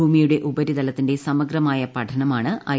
ഭൂമിയുടെ ഉപരിതലത്തിന്റെ സമഗ്രമായ പഠനമാണ് ഐ